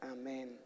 amen